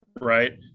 right